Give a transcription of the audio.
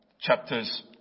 chapters